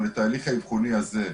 אבל את ההליך האבחוני הזה,